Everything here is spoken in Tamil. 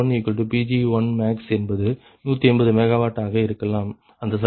Pg1 Pg1max என்பது 180 MW ஆக இருக்கலாம் அந்த சமயத்தில் 1max73